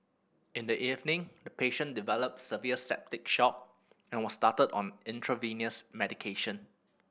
in the evening the patient developed severe septic shock and was started on intravenous medication